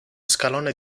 scalone